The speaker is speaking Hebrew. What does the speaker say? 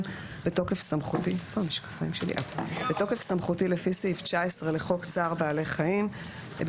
בתוקף סמכותי לפי סעיף 19 לחוק צער בעלי חיים (הגנה על בעלי חיים),